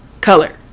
Color